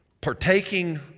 partaking